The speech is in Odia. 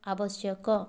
ଆବଶ୍ୟକ